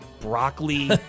broccoli